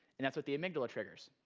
and that's what the amygdala triggers.